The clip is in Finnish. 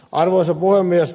arvoisa puhemies